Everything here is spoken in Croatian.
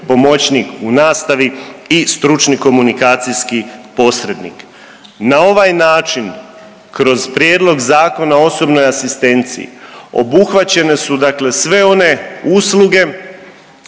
pomoćnik u nastavi i stručni komunikacijski posrednik. Na ovaj način kroz Prijedlog Zakona o osobnoj asistenciji obuhvaćene su sve one usluge